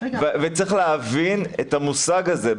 צריך להבין את המושג הזה.